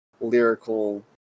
lyrical